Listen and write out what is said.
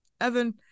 Evan